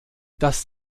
dass